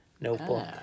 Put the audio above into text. notebook